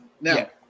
Now